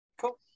Cool